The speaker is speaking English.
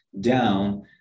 down